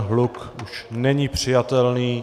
Hluk už není přijatelný.